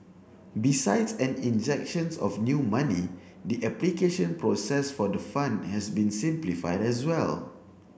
besides an injections of new money the application process for the fund has been simplified as well